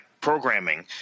programming